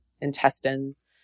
intestines